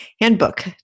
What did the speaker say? handbook